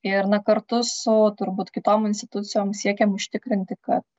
ir na kartu su turbūt kitom institucijom siekiam užtikrinti kad